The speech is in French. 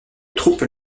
troupes